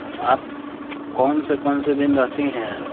आप कौन से कौन से दिन रहती हैं